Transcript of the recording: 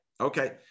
Okay